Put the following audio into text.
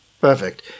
Perfect